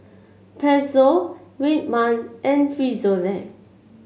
Pezzo Red Man and Frisolac